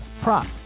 prop